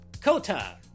kota